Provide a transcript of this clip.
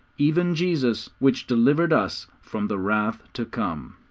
even jesus, which delivered us from the wrath to come.